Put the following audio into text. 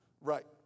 Right